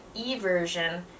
eversion